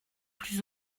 plus